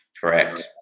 Correct